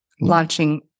launching